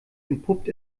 entpuppt